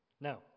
Now